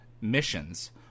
missions